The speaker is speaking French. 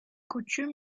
coutume